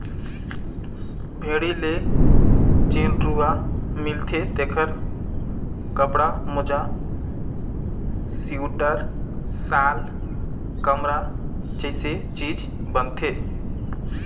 भेड़ी ले जेन रूआ मिलथे तेखर कपड़ा, मोजा सिवटर, साल, कमरा जइसे चीज बनथे